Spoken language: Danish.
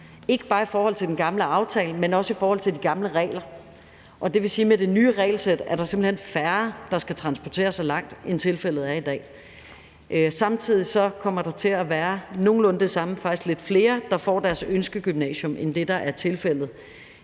ikke bare i forhold til den gamle aftale, men også i forhold til de gamle regler. Det vil sige, at der med det nye regelsæt simpelt hen er færre, der skal transportere sig langt væk, end tilfældet er i dag. Samtidig kommer der til at være nogenlunde det samme antal eller faktisk flere, der kommer på deres ønskegymnasium, end hvad der har været